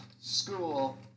school